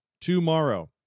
tomorrow